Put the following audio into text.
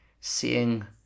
seeing